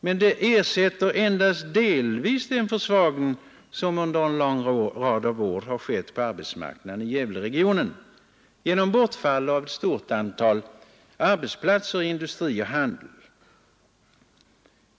Men den ersätter endast delvis den försvagning som under en lång rad av år skett på arbetsmarknaden i Gävleregionen genom bortfall av ett stort antal arbetsplatser i industri och handel.